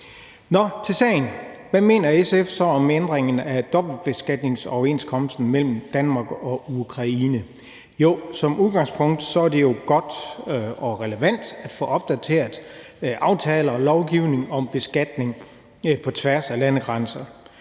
Hvad mener SF så om ændringerne af dobbeltbeskatningsoverenskomsten mellem Danmark og Ukraine? Jo, som udgangspunkt er det jo godt og relevant at få opdateret aftaler og lovgivning om beskatning på tværs af landegrænser.